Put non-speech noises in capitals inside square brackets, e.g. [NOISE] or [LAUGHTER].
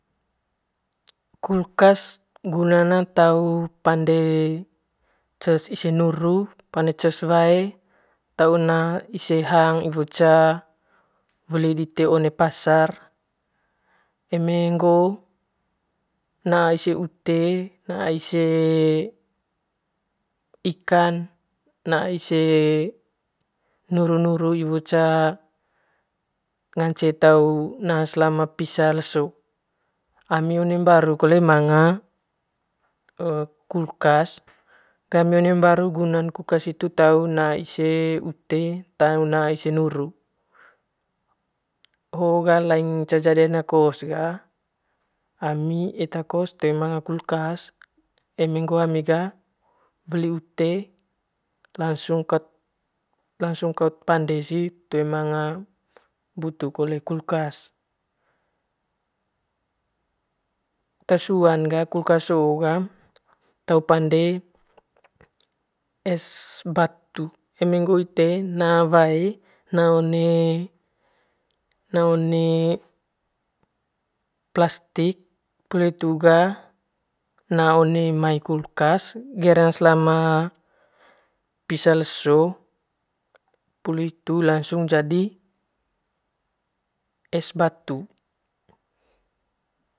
Kulkas gunan te pande ces ise nuru, ces ise wae tau te na'a dise hang iwo ca weli dite one pasar eme ngoo eme ngoo na'a ise ute na'a ise ikan naa ise nuru nuru iwo ca ngance tau naa selama pisa leso ami one mbaru kole manga [HESITATION] kulkas gami onr mbaru gunan kulkas hitu tau na ise ute ttau naa ise nuru hoo ga le ce jadi ana kos ga ami eta kos toe manga kulkas eme ngoo ami ga weli ute langsung ket lansung kat pande sit toe ma butu kulkas te suan kulkas hoo ga te pande es batu eme ngoo ite na wae one one one platik poli hitu ga na one mai kulkas gereng selama pisa leso poli hitu langsung jadi es batu.